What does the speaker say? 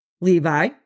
Levi